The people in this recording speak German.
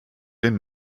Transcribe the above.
den